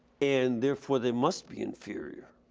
and therefore, they must be inferior.